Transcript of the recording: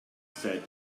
said